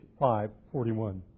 541